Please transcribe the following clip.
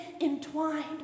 entwined